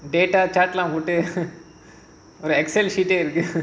data chat லாம் விட்டு ஒரு:laam vittu oru excel sheet eh இருக்கு:irukku